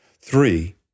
Three